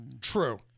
True